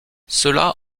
cela